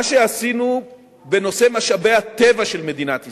מה שעשינו בנושא משאבי הטבע של מדינת ישראל,